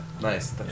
Nice